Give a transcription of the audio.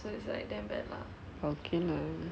okay lah